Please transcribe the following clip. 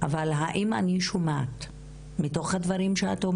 אבל האם אני שומעת מתוך דברייך,